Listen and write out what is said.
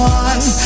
one